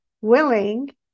willing